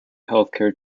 healthcare